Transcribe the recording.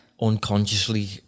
unconsciously